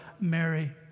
Mary